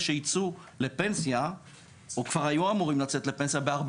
שיצאו לפנסיה או כבר היו אמורים לצאת לפנסיה ב-4%.